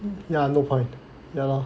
ya no point ya lor